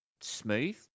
smooth